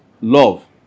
love